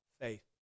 faith